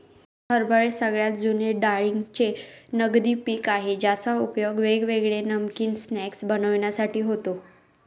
हरभरे सगळ्यात जुने डाळींचे नगदी पिक आहे ज्याचा उपयोग वेगवेगळे नमकीन स्नाय्क्स बनविण्यासाठी होतो